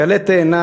היא עלה תאנה,